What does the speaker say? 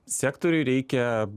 sektoriui reikia